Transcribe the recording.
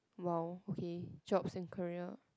!wow! okay jobs and career